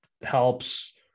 helps